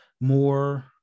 more